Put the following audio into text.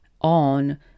on